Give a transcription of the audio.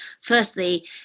firstly